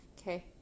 Okay